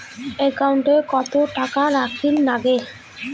একাউন্টত কত টাকা রাখীর নাগে?